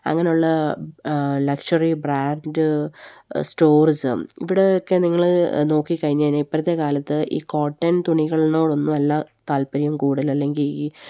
അങ്ങനെയുള്ള luxury brand സ്റ്റോർസും ഇവിടെയൊക്കെ നിങ്ങള് നോക്കിക്കഴിഞ്ഞാല് ഇപ്പോഴത്തെക്കാലത്ത് ഈ കോട്ടൺ തുണികളോടൊന്നുമല്ല താല്പര്യം കൂടുതൽ അല്ലെങ്കില് ഈ